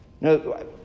No